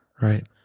right